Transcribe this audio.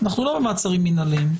אנחנו לא במעצרים מינהליים,